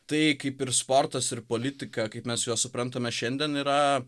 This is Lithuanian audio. tai kaip ir sportas ir politika kaip mes juos suprantame šiandien yra